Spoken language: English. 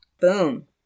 Boom